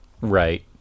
Right